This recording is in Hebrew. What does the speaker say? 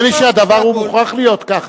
נדמה לי שהדבר מוכרח להיות כך.